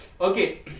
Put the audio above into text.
Okay